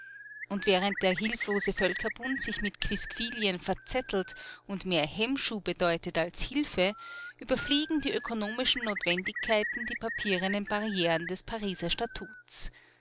und während der hilflose völkerbund sich mit quisquilien verzettelt und mehr hemmschuh bedeutet als hilfe überfliegen die ökonomischen notwendigkeiten die papierenen barrieren des pariser statuts